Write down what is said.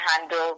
handle